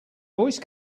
voice